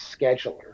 scheduler